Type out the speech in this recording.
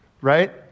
Right